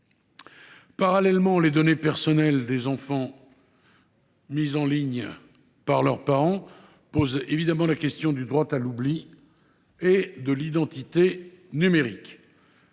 Parallèlement, les données personnelles des enfants mises en ligne par leurs parents posent la question du droit à l’oubli et de l’identité numérique.